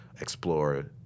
explore